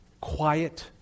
quiet